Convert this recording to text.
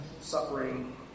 suffering